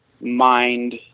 mind